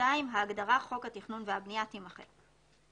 (2)ההגדרה "חוק התכנון והבניה" תימחק.